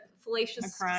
Fallacious